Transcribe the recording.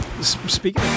Speak